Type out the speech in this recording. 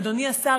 אדוני השר,